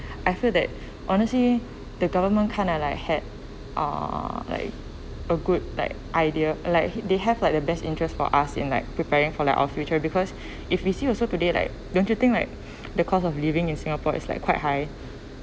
I feel that honestly the government kind of like had uh like a good like idea like they had like the best interests for us in like preparing for our future because if we see also today like don't you think like the cost of living in singapore is like quite high